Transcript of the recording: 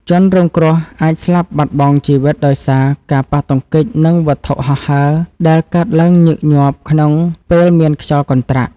ជនរងគ្រោះអាចស្លាប់បាត់បង់ជីវិតដោយសារការប៉ះទង្គិចនឹងវត្ថុហោះហើរដែលកើតឡើងញឹកញាប់ក្នុងពេលមានខ្យល់កន្ត្រាក់។